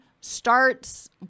starts